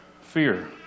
Fear